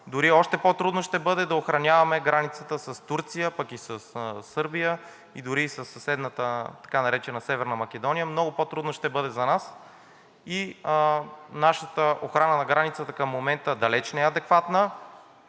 дори още по-трудно ще бъде да охраняваме граница с Турция, пък и със Сърбия, и дори и със съседната така наречена Северна Македония, много по-трудно ще бъде за нас, и нашата охрана на границата в момента далеч не е адекватна,